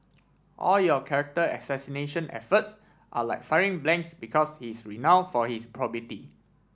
all your character assassination efforts are like firing blanks because he is renown for his probity